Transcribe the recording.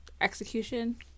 Execution